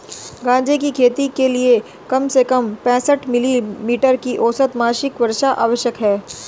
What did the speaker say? गांजे की खेती के लिए कम से कम पैंसठ मिली मीटर की औसत मासिक वर्षा आवश्यक है